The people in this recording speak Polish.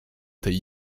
tej